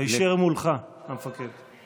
היישר מולך, המפקד.